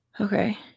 Okay